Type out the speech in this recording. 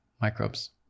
microbes